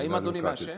האם אדוני מעשן?